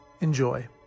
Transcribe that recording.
Enjoy